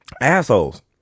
assholes